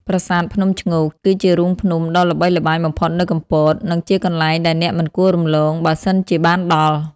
ប្រាសាទភ្នំឈ្ងោក គឺជារូងភ្នំដ៏ល្បីល្បាញបំផុតនៅកំពត និងជាកន្លែងដែលអ្នកមិនគួររំលង បើសិនជាបានដល់។